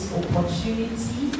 opportunity